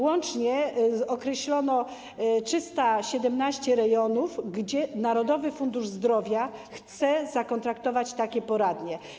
Łącznie określono 317 rejonów, gdzie Narodowy Fundusz Zdrowia chce zakontraktować takie poradnie.